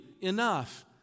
enough